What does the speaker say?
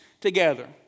together